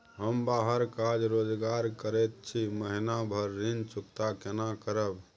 हम बाहर काज रोजगार करैत छी, महीना भर ऋण चुकता केना करब?